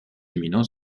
éminent